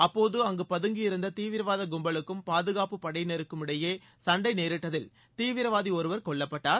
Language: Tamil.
அப்போது அங்கு பதுங்கி இருந்த தீவிரவாத கும்பலுக்கும் பாதுகாப்பு படையினருக்கும் இடையே சண்டை நேரிட்டதில் தீவிரவாதி ஒருவர் கொல்லப்பட்டார்